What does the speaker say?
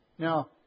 Now